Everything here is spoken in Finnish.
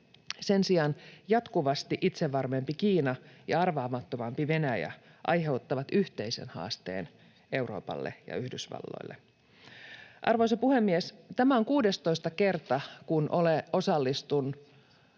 Sen sijaan jatkuvasti itsevarmempi Kiina ja arvaamattomampi Venäjä aiheuttavat yhteisen haasteen Euroopalle ja Yhdysvalloille. Arvoisa puhemies! Tämä on 16. kerta, kun osallistun